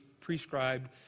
prescribed